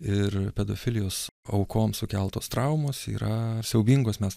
ir pedofilijos aukoms sukeltos traumos yra siaubingos mes